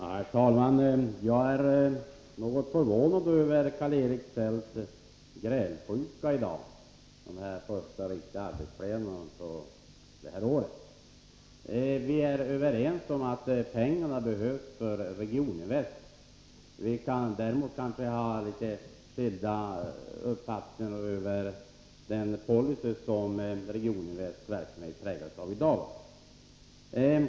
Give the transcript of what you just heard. Herr talman! Jag är något förvånad över Karl-Erik Hälls grälsjuka vid detta första arbetsplenum i år. Vi är överens om att Regioninvest behöver pengarna. Däremot kan vi ha litet olika uppfattningar om den policy som Regioninvests verksamhet i dag präglas av.